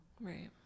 right